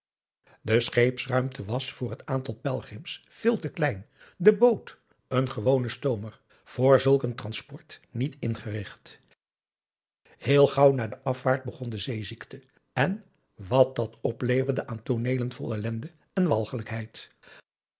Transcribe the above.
de scheepsruimte was voor het aantal pelgrims veel te klein de boot een gewone stoomer voor zulk een transport niet ingericht heel gauw na de afvaart begon de zeeziekte en wat dat opleverde aan tooneelen vol ellende en walgelijkheid